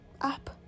up